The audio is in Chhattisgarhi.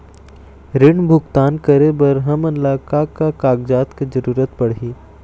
ऋण भुगतान करे बर हमन ला का का कागजात के जरूरत पड़ही?